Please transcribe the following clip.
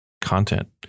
content